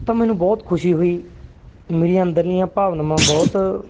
ਤਾਂ ਮੈਨੂੰ ਬੋਹਤ ਖੁਸ਼ੀ ਹੋਈ ਮੇਰੀਆਂ ਅੰਦਰਲੀਆਂ ਭਾਵਨਾਵਾਂ ਬਹੁਤ